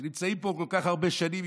שנמצאים פה כל כך הרבה שנים,